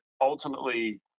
ultimately